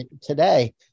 today